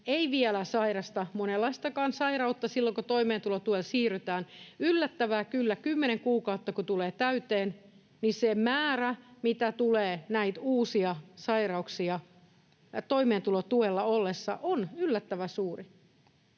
ei sairasta monenlaistakaan sairautta vielä silloin, kun toimeentulotuelle siirrytään, niin yllättävää kyllä, kun 10 kuukautta tulee täyteen, se määrä, mitä tulee näitä uusia sairauksia toimeentulotuella ollessa, on yllättävän suuri.